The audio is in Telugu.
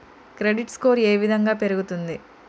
క్రెడిట్ స్కోర్ ఏ విధంగా పెరుగుతుంది?